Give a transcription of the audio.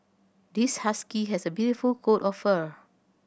this husky has a beautiful coat of fur